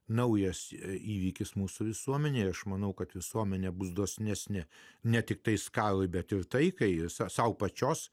naujas įvykis mūsų visuomenėje aš manau kad visuomenė bus dosnesni ne tiktai skalai bet ir tai ką jūs sau pačios